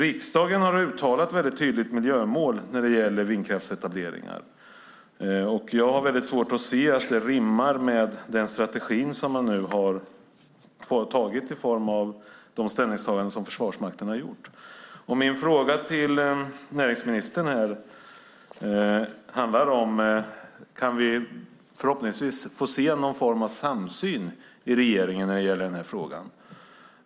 Riksdagen har uttalat ett tydligt miljömål när det gäller vindkraftsetableringar, och jag har svårt att se att det rimmar med den strategi som man nu har i form av de ställningstaganden som Försvarsmakten har gjort. Min fråga till näringsministern handlar om: Kan vi förhoppningsvis få se någon form av samsyn i regeringen när det gäller den här frågan?